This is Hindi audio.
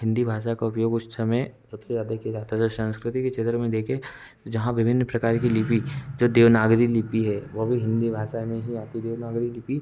हिन्दी भाषा का उपयोग उस समय सब से ज़्यादा किया जाता था संस्कृति के क्षेत्र में देखें जहाँ विभिन्न प्रकार की लिपि जाे देवनागरी लिपि है वह भी हिन्दी भाषा में ही आती देवनागरी लिपि